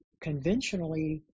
conventionally